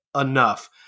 enough